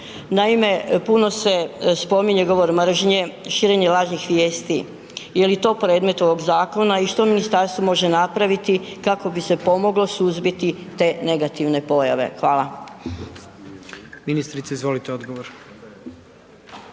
Naime, puno se spominje govor mržnje, širenje lažnih vijesti, je li i to predmet ovog zakona i što ministarstvo može napraviti kako bi se pomoglo suzbiti te negativne pojave? Hvala.